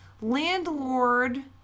landlord